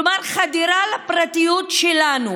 כלומר, חדירה לפרטיות שלנו